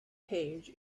page